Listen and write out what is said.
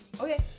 Okay